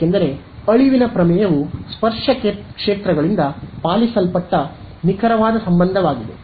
ಏಕೆಂದರೆ ಅಳಿವಿನ ಪ್ರಮೇಯವು ಸ್ಪರ್ಶ ಕ್ಷೇತ್ರಗಳಿಂದ ಪಾಲಿಸಲ್ಪಟ್ಟ ನಿಖರವಾದ ಸಂಬಂಧವಾಗಿದೆ